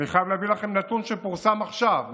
אני חייב להביא לכם נתון שפורסם עכשיו,